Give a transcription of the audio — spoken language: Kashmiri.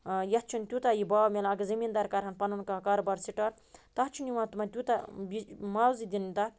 یتھ چھُنہٕ تیوٗتاہ یہِ باو مِلان اگر زٔمیٖندار کَرٕہَن پَنُن کانٛہہ کارٕبار سِٹاٹ تَتھ چھُنہٕ یِوان تِمَن تیوٗتاہ بہِ ماوٕزٕ دِنہٕ تَتھ